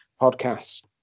podcast